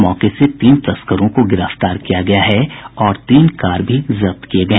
मौके से तीन तस्करों को गिरफ्तार किया गया और तीन कार भी जब्त किये गये